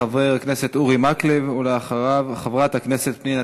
חבר הכנסת אורי מקלב,